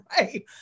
right